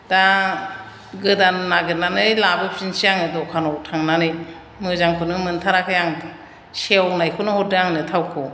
दा गोदान नागिरनानै लाबोफिननोसै आङो दखानाव थांनानै मोजांखौनो मोनथाराखै आं सेवनायखौनो हरदों आंनो थावखौ